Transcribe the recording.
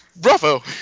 Bravo